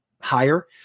higher